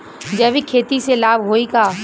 जैविक खेती से लाभ होई का?